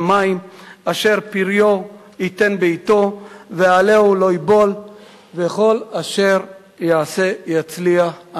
מים אשר פריו יתן בעתו ועלהו לא יבול וכל אשר יעשה יצליח",